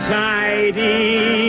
tidy